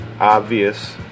Obvious